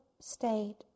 state